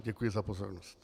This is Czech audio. Děkuji za pozornost.